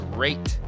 Great